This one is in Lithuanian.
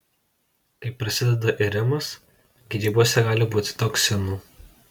kai prasideda irimas grybuose gali būti toksinų